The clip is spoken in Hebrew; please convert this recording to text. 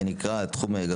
בתחום שנקרא "גסטרולוגיה",